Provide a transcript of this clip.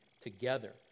together